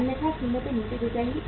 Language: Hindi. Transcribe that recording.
अन्यथा कीमतें नीचे गिर जाएंगी